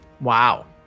Wow